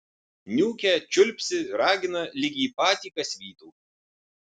niūkia čiulpsi ragina lyg jį patį kas vytų